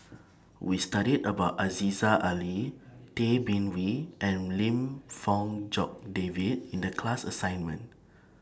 We studied about Aziza Ali Tay Bin Wee and Lim Fong Jock David in The class assignment